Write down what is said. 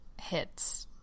hits